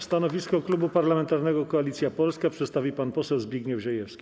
Stanowisko Klubu Parlamentarnego Koalicja Polska przedstawi pan poseł Zbigniew Ziejewski.